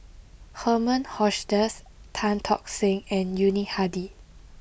Herman Hochstadt Tan Tock Seng and Yuni Hadi